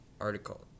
article